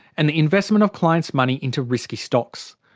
and the investment of clients' money into risky stocks.